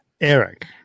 Eric